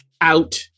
out